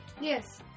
Yes